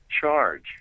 charge